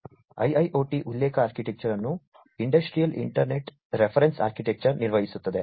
IIoT ಉಲ್ಲೇಖ architecture ಅನ್ನು industrial internet reference architecture ನಿರ್ವಹಿಸುತ್ತದೆ